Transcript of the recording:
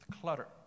clutter